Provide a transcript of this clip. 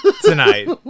tonight